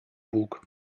bug